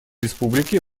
республики